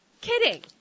kidding